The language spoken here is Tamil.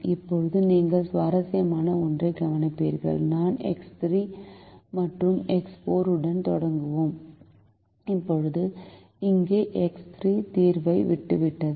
இப்போது நீங்கள் சுவாரஸ்யமான ஒன்றைக் கவனிப்பீர்கள் நாம் எக்ஸ் 3 மற்றும் எக்ஸ் 4 உடன் தொடங்கினோம் இப்போது இங்கே எக்ஸ் 3 தீர்வை விட்டுவிட்டது